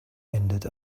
ended